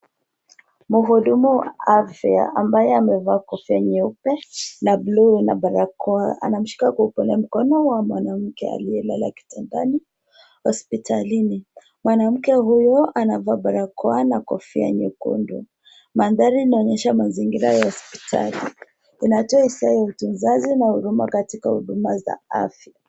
Mhudumu afya ambaye amevaa kofia nyeupe na bluu na barakoa anamshika mkono wa mwanamke aliyelala kitandani hospitalini. Mwanamke huyo anavaa barakoana kofia nyekundu. Mandhari inaonyesha mazingira ya hospital. Inatoa hisia ya utunzaji na huruma katika huduma za afya.